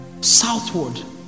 southward